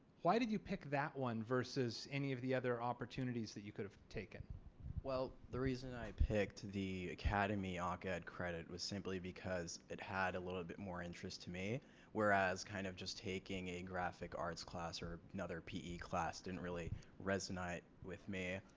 why did you pick that one versus any of the other opportunities that you could have taken? ali well the reason i picked the academy ah occ ed credit was simply because it had a little bit more interest to me whereas kind of just taking a graphic arts class or another p e class didn't really resonate with me.